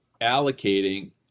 allocating